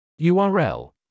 URL